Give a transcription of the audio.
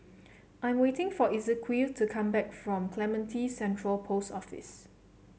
I'm waiting for Ezequiel to come back from Clementi Central Post Office